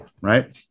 right